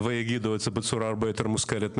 ויגידו את זה בצורה הרבה יותר מושכלת ממני,